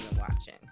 watching